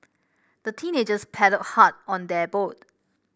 the teenagers paddled hard on their boat